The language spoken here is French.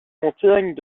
montagnes